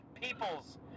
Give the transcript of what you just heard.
Peoples